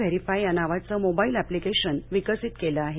verify या नावाचं mobile application विकसित केलं आहे